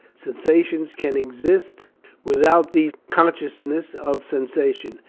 sensation can exist with out the consciousness of sensation,